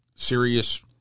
Serious